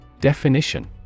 Definition